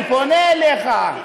אני פונה אליך,